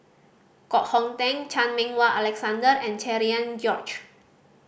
Koh Hong Teng Chan Meng Wah Alexander and Cherian George